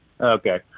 okay